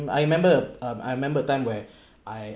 I remember um I remember time where I